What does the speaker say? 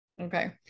Okay